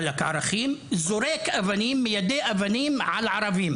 עאלק ערכים, זורק אבנים, מיידה אבנים על ערבים